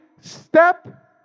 step